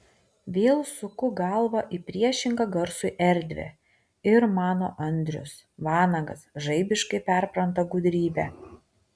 vėl suku galvą į priešingą garsui erdvę ir mano andrius vanagas žaibiškai perpranta gudrybę